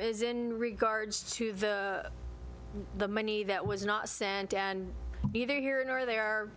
is in regards to the the money that was not sent down either here nor there